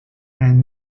and